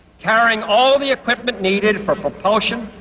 carrying all the equipment needed for propulsion,